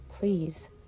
Please